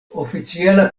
oficiala